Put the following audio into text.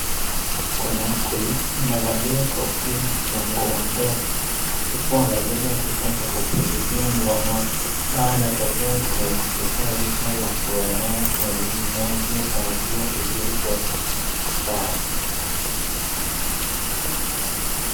Kuna mkulima amevalia kofia na nguo ndefu huku amebeba kifaa cha kupulizia mgongoni. Dawa inatokea kwenye kifaa hicho na kuenea kwenye mimea iliyopaliliwa vizuri kwenye mistari.